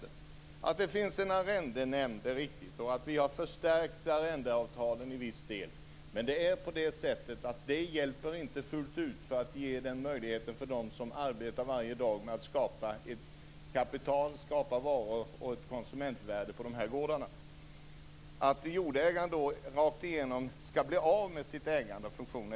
Det är riktigt att det finns en arrendenämnd och att arrendeavtalen i viss del har förstärkts. Men det hjälper inte fullt ut dem som arbetar varje dag med att skapa kapital, varor och konsumentvärde på gårdarna. Det är självklart inte så att jordägaren rakt igenom skall bli av med sin ägandefunktion.